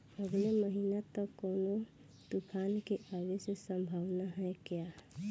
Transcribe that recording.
अगले महीना तक कौनो तूफान के आवे के संभावाना है क्या?